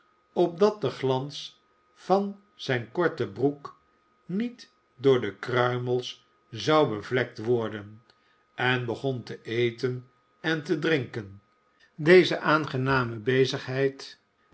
opdat de glans van zijn korte broek niet door de kruimels zou bevlekt worden en begon te eten en te drinken deze aangename bezigheid